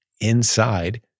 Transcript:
inside